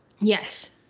Yes